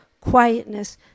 quietness